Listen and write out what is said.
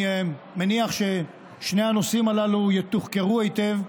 אני מניח ששני הנושאים הללו יתוחקרו היטב,